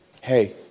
hey